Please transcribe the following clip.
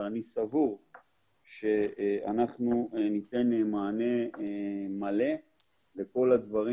אבל אני סבור שאנחנו ניתן מענה מלא לכל הדברים